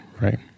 right